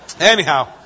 Anyhow